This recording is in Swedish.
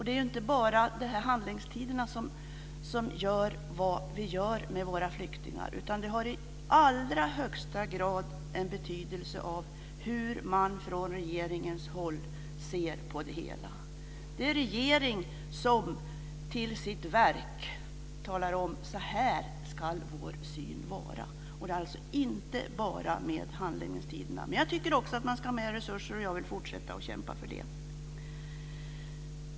Det är inte bara handläggningstiderna som har betydelse för vår behandling av flyktingarna, utan det har i allra högsta grad en betydelse hur man från regeringens håll ser på det hela. Det är regeringen som talar om för sitt verk hurdan synen på flyktingarna ska vara. Det gäller alltså inte bara handläggningstiderna. Men jag tycker också att man ska ha mer resurser, och jag vill fortsätta att kämpa för det.